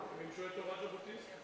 הם מימשו את תורת ז'בוטינסקי.